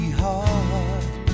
heart